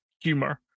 humor